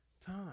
time